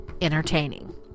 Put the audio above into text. entertaining